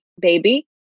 baby